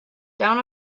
down